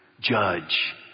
Judge